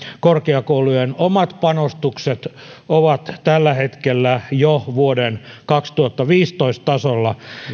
korkeakoulujen omat panostukset ovat tällä hetkellä jo vuoden kaksituhattaviisitoista tasolla